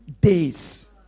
days